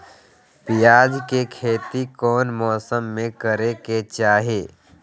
प्याज के खेती कौन मौसम में करे के चाही?